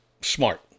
smart